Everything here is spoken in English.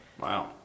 Wow